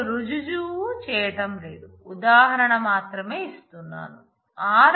నేను రుజువు చేయటం లేదు ఉదాహరణ మాత్రమే ఇస్తున్నాను